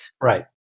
Right